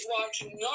watching